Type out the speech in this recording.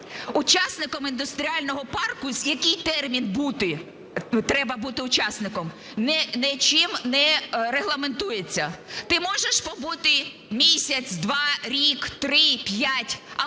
учасником індустріального парку, в який термін треба бути учасником, нічим не регламентується. Ти можеш бути місяць, два, рік, три, п'ять,